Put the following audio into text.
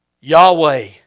Yahweh